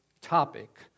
topic